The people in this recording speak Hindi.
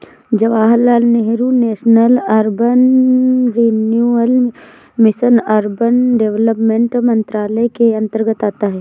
Jawaharlal Nehru national urban renewal mission urban development मंत्रालय के अंतर्गत आता है